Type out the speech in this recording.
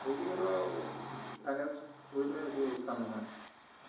ব্যক্তিগত ফাইনেন্স কৰিলে একো লোকচান নহয়